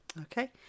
Okay